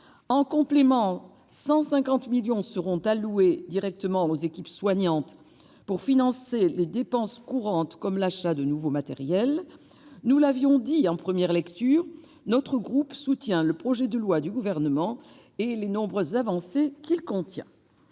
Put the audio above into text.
En complément, 150 millions d'euros seront directement alloués aux équipes soignantes pour financer les dépenses courantes, comme l'achat de nouveaux matériels. Nous l'avions dit en première lecture : notre groupe soutient le texte du Gouvernement et les nombreuses avancées qu'il contient.